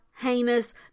heinous